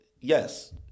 yes